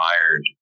admired